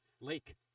lake